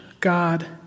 God